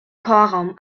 chorraum